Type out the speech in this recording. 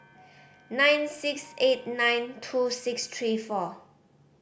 nine six eight nine two six three four